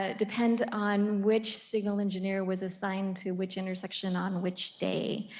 ah depend on which signal engineer was assigned to which intersection on which day.